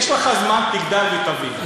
יש לך זמן, תגדל ותבין.